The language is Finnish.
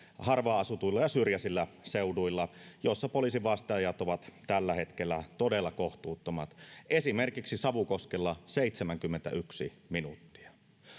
harvaan asutuilla ja syrjäisillä seuduilla joilla poliisin vasteajat ovat tällä hetkellä todella kohtuuttomat esimerkiksi savukoskella seitsemänkymmentäyksi minuuttia